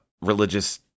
religious –